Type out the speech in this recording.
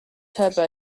turbo